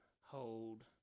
Hold